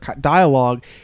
dialogue